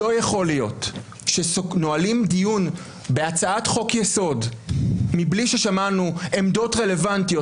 לא יכול להיות שנועלים דיון בהצעת חוק-יסוד מבלי ששמענו עמדות רלוונטיות